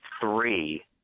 three